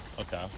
Okay